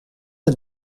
het